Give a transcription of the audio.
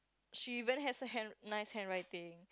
she very has a hand nice handwriting